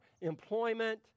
employment